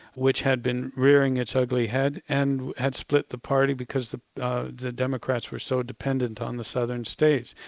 which had been rearing its ugly head, and had split the party because the the democrats were so dependent on the southern states.